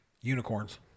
Unicorns